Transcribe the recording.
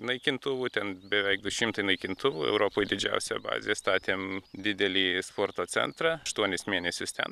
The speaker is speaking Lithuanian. naikintuvų ten beveik du šimtai naikintuvų europoj didžiausia bazė statėm didelį sporto centrą aštuonis mėnesius ten